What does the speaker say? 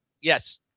Yes